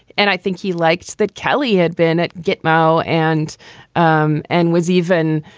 and i think he liked that kelly had been at gitmo and um and was even,